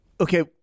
okay